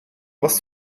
was